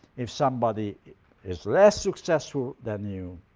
if somebody is less successful than you,